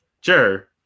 Sure